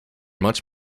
much